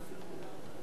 מי בעד?